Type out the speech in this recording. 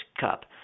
cup